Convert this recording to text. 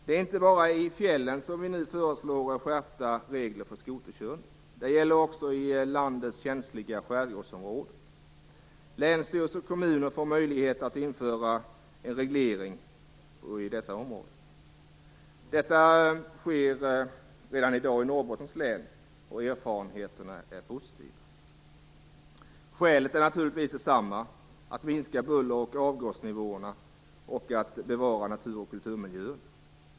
Det är inte bara i fjällen som vi nu föreslår skärpta regler för skoterkörning, utan det gäller också i landets känsliga skärgårdsområden. Länsstyrelser och kommuner får möjlighet att införa en reglering i dessa områden. Så sker redan i dag i Norrbottens län, och erfarenheterna är positiva. Skälen är naturligtvis desamma: Det gäller att minska buller och avgasnivåer och att bevara natur och kulturmiljöer.